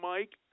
Mike